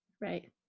right